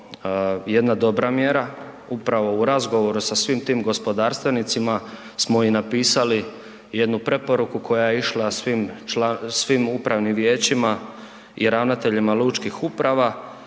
jedna dobra mjera, upravo u razgovoru sa svim tim gospodarstvenicima smo i napisali jednu preporuku koja je išla svim, svim upravnim vijećima i ravnateljima lučkih uprava